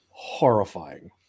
horrifying